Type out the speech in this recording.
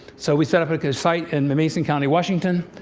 so, we set up a site in mason county, washington,